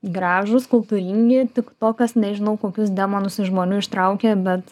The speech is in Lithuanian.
gražūs kultūringi tik tokas nežinau kokius demonus iš žmonių ištraukė bet